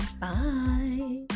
bye